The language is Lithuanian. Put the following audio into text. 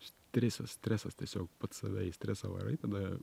stresas stresas tiesiog pats save į stresą varai tada